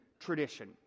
tradition